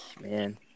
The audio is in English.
man